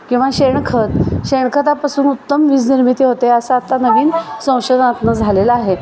किंवा शेणखत शेणखतापासून उत्तम वीजनिर्मिती होते असं आत्ता नवीन संशोधत्नं झालेला आहे